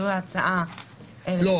זו ההצעה --- לא.